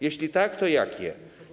Jeśli tak, to jakie?